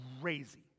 crazy